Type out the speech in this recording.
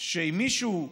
שאם מישהו,